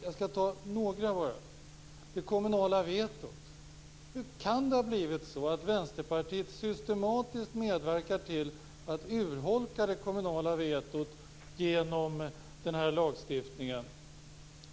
När det gäller det kommunala vetot: Hur kan det ha blivit så att Vänsterpartiet systematiskt medverkar till att urholka det kommunala vetot genom den här lagstiftningen?